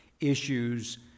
issues